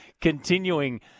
continuing